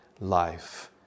life